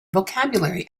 vocabulary